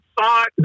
thought